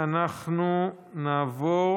אנחנו נעבור